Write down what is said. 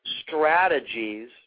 strategies